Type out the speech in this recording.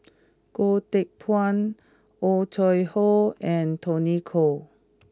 Goh Teck Phuan Oh Chai Hoo and Tony Khoo